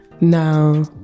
Now